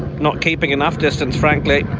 not keeping enough distance, frankly,